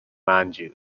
manĝu